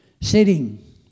sitting